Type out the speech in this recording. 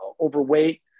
overweight